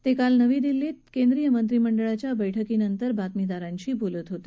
ते काल नवी दिल्लीत केंद्रीय मंत्रीमंडळाच्या बैठकीनंतर बातमीदारांशी बोलत होते